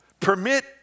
Permit